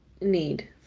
need